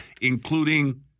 including